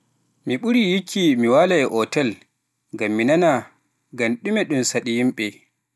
A yiɗi hoɗde jamma gooto e nder otel ɓuuɓɗo walla e nder cafrirde tawa ina taaroo tagoore belnde? Koni?